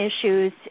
issues